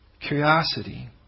Curiosity